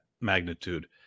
magnitude